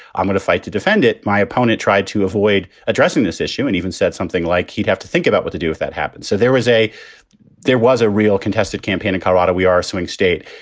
i'm going to fight to defend it. my opponent tried to avoid addressing this issue and even said something like he'd have to think about what to do if that happened. so there was a there was a real contested campaign in colorado. we are a swing state.